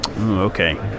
Okay